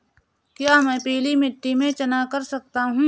क्या मैं पीली मिट्टी में चना कर सकता हूँ?